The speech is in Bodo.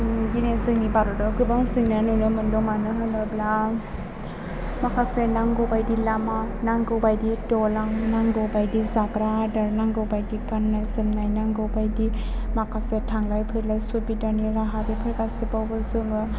दिनै जोंनि भारतआव गोबां जेंना नुनो मोनदों मानो होनोब्ला माखासे नांगौ बायदि लामा नांगौ बायदि दालां नांगौ बायदि जाग्रा आदार नांगौ बायदि गाननाय जोमनाय नांगौ बायदि माखासे थांलाय फैलाय सुबिदानि राहा बेफोर गासैआवबो जोङो